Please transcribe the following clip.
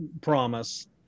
promise –